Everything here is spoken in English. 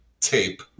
tape